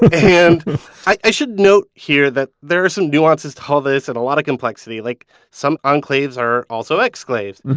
and i should note here that there are some nuances to all this and a lot of complexity, like some enclaves are also exclaves.